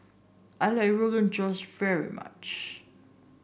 I like Rogan Josh very much